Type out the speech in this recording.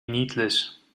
niedlich